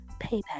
PayPal